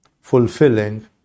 fulfilling